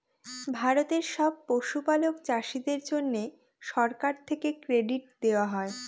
ভারতের সব পশুপালক চাষীদের জন্যে সরকার থেকে ক্রেডিট দেওয়া হয়